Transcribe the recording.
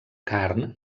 carn